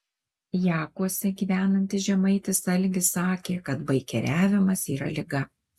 jakuose gyvenantis žemaitis algis sakė kad baikeriavimas yra liga